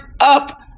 up